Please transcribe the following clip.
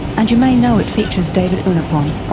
and you may know it features david unaipon,